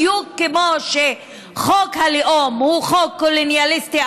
בדיוק כמו שחוק הלאום הוא חוק קולוניאליסטי,